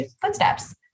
footsteps